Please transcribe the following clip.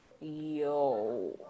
yo